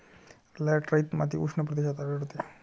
laterite माती उष्ण प्रदेशात आढळते